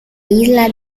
isla